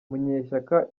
munyeshyaka